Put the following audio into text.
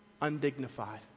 undignified